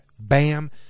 Bam